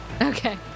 okay